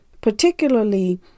Particularly